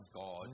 God